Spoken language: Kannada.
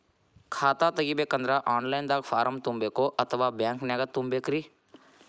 ಖಾತಾ ತೆಗಿಬೇಕಂದ್ರ ಆನ್ ಲೈನ್ ದಾಗ ಫಾರಂ ತುಂಬೇಕೊ ಅಥವಾ ಬ್ಯಾಂಕನ್ಯಾಗ ತುಂಬ ಬೇಕ್ರಿ?